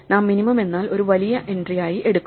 നാം മിനിമം എന്നാൽ ഒരു വലിയ എൻട്രി ആയി എടുക്കും